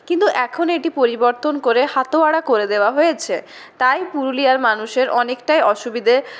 কিন্তু এখন এটি পরিবর্তন করে হাতোয়ারা করে দেওয়া হয়েছে তাই পুরুলিয়ার মানুষদের অনেকটাই অসুবিধে